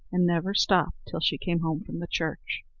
and never stopped till she came home from the church.